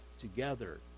together